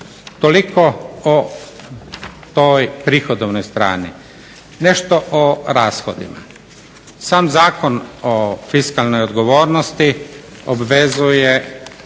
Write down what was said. Toliko o toj prihodovnoj strani. Nešto o rashodima, sam Zakon o fiskalnoj odgovornosti obvezuje